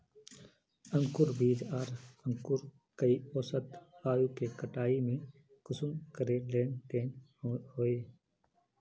अंकूर बीज आर अंकूर कई औसत आयु के कटाई में कुंसम करे लेन देन होए?